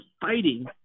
fighting